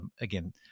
again